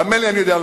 האמן לי, אני יודע.